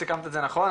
סיכמת את זה נכון,